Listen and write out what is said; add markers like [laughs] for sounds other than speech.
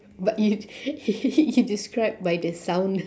but you [laughs] you describe by the sound